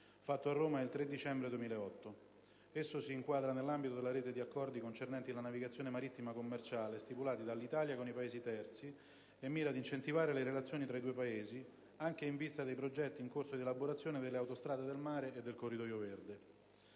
fatto a Roma il 3 dicembre 2008. Esso si inquadra nell'ambito della rete di accordi concernenti la navigazione marittima commerciale stipulati dall'Italia con i Paesi terzi e mira ad incentivare le relazioni tra i due Paesi, anche in vista dei progetti, in corso di elaborazione, delle «Autostrade del mare» e del «Corridoio verde».